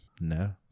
No